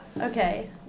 okay